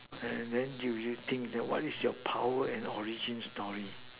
and then do you think what is your power and origin story